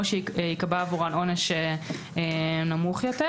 או שייקבע עבורן עונש נמוך יותר,